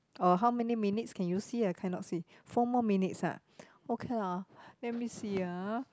oh how many minutes can you see I cannot see four more minutes ah okay lah let me see ah